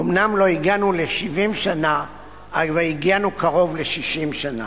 אומנם לא הגענו ל-70 שנה אבל הגענו קרוב ל-60 שנה.